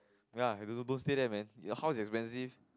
ya don't stay there man the house is expensive